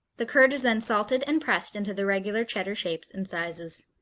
the curd is then salted and pressed into the regular cheddar shapes and sizes.